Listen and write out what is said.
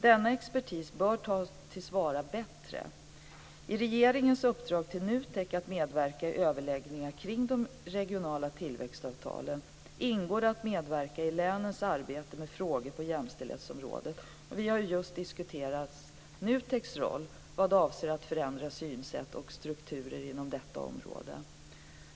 Denna expertis bör tas till vara bättre. I regeringens uppdrag till NUTEK att medverka i överläggningar kring de regionala tillväxtavtalen ingår det att medverka i länens arbete med frågor på jämställdhetsområdet. Vi har just diskuterat NUTEK:s roll vad avser att förändra synsätt och strukturer inom detta område.